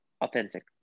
authentic